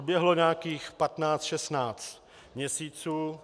Uběhlo nějakých patnáct šestnáct měsíců.